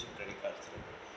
to use your credit card